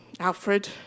Alfred